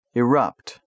erupt